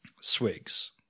Swigs